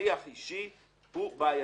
שליח אישי הוא בעייתי.